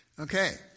Okay